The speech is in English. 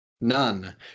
none